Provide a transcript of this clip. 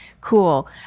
Cool